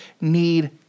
need